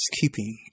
keeping